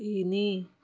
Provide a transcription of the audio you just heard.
ତିନି